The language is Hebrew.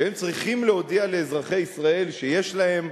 שהם צריכים להודיע לאזרחי ישראל שיש להם,